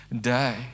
day